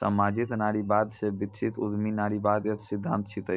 सामाजिक नारीवाद से विकसित उद्यमी नारीवाद एक सिद्धांत छिकै